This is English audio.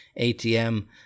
atm